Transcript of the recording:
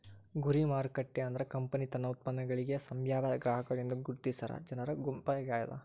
ಗುರಿ ಮಾರುಕಟ್ಟೆ ಅಂದ್ರ ಕಂಪನಿ ತನ್ನ ಉತ್ಪನ್ನಗಳಿಗಿ ಸಂಭಾವ್ಯ ಗ್ರಾಹಕರು ಎಂದು ಗುರುತಿಸಿರ ಜನರ ಗುಂಪಾಗ್ಯಾದ